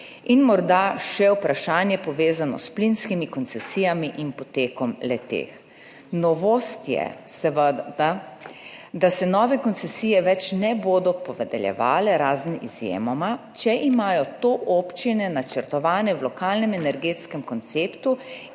Morda še vprašanje, povezano s plinskimi koncesijami in potekom le-teh. Novost je, seveda, da se nove koncesije več ne bodo podeljevale, razen izjemoma, če imajo to občine načrtovano v lokalnem energetskem konceptu